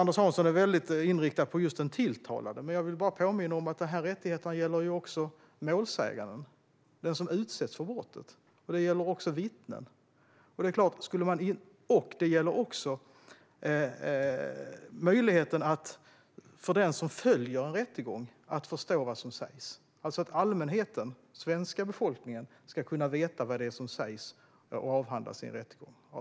Anders Hansson är väldigt inriktad på just den tilltalade, men jag vill påminna om att dessa rättigheter också gäller målsäganden, den som utsätts för brott, och även vittnen. De gäller också möjligheten för den som följer en rättegång att förstå vad som sägs. Allmänheten - den svenska befolkningen - ska kunna veta vad som sägs och avhandlas i en rättegång.